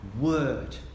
word